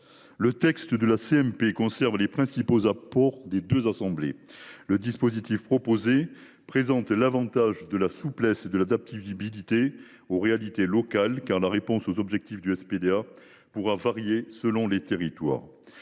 mixte paritaire conserve les principaux apports des deux assemblées. Le dispositif proposé présente l’avantage de la souplesse et de l’adaptabilité aux réalités locales, car la réponse aux objectifs du SPDA pourra varier selon les territoires.